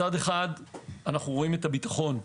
מצד אחד אנו רואים את הביטחון האנרגטי,